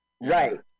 Right